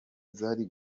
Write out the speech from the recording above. zari